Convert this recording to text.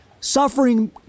Suffering